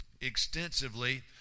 extensively